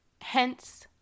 Hence